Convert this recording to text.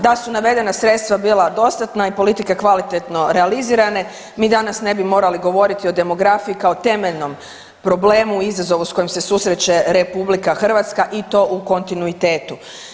Da su navedena sredstva bila dostatna i politike kvalitetno realizirane, mi danas ne bi morali govoriti o demografiji kao temeljnom problemu i izazovu s kojim se susreće RH i to u kontinuitetu.